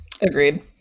Agreed